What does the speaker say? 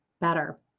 better